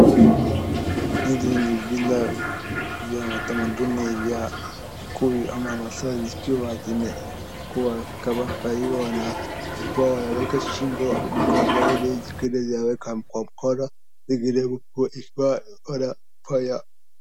Hivi ni vile vya matamaduni vya kikuyu ama maasai zikiwa zimekuwa na kuweka shingo na mgongoni, zingine zinawekwa kwa mkono zingine wana.